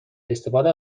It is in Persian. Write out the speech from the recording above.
استفاده